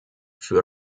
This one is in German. für